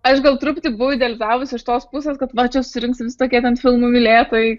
aš gal truputį buvau idealizavusi iš tos pusės kad va čia susirinks visokie ten filmų mylėtojai